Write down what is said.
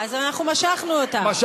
אז אנחנו משכנו אותן.